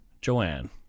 Joanne